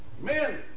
Men